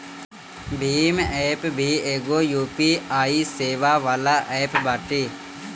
Bhim app भी एगो UPI सेवा वाला एप्प बाटे